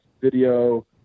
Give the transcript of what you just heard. video